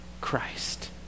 Christ